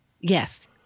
Yes